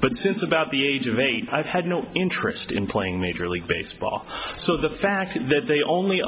but since about the age of eight i've had no interest in playing major league baseball so the fact that they only